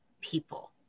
people